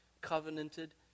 covenanted